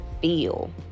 feel